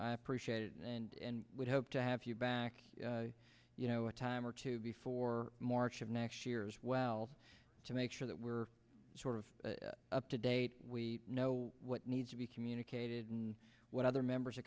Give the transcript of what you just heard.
i appreciate it and we hope to have you back you know a time or two before march of next year as well to make sure that we're sort of up to date we know what needs to be communicated and what other members of